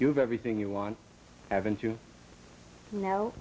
have everything you want haven't you know